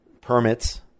permits